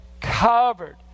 covered